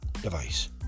device